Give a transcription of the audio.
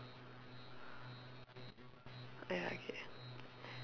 ya okay